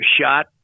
shot